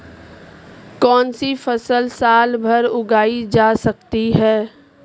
कौनसी फसल साल भर उगाई जा सकती है?